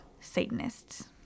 Satanists